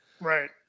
Right